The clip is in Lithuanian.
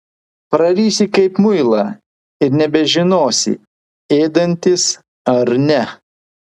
prarysi kaip muilą ir nebežinosi ėdantis ar ne